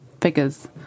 figures